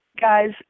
guys